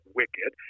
wicked